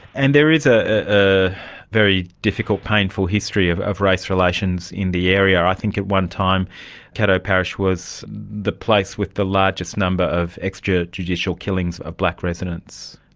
and there is a ah very difficult, painful history of of race relations in the area. i think at one time caddo parish was the place with the largest number of extrajudicial killings of black residents.